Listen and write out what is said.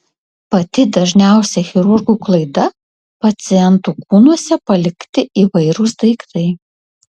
pati dažniausia chirurgų klaida pacientų kūnuose palikti įvairūs daiktai